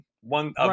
One